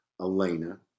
Elena